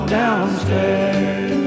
downstairs